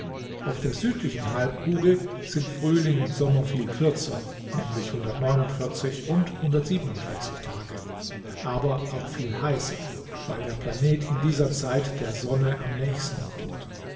auf der südlichen halbkugel sind frühling und sommer viel kürzer nämlich und tage aber auch viel heißer weil der planet in dieser zeit der sonne am nächsten kommt